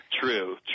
True